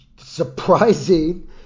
surprising